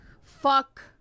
Fuck